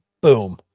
boom